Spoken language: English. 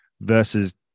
versus